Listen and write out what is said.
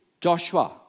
Joshua